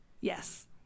Yes